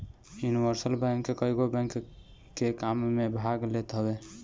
universal bank कईगो bank के काम में भाग लेत हवे